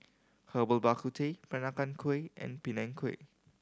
Herbal Bak Ku Teh Peranakan Kueh and Png Kueh